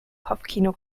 kopfkino